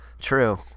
True